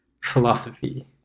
philosophy